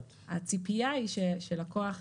להפסקה עד 19:40. יש לכם כריכים בחוץ,